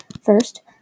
First